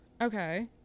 Okay